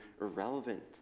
irrelevant